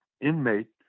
inmate